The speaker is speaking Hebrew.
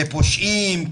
כפושעים,